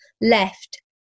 left